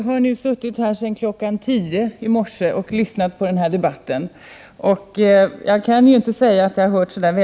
Herr talman!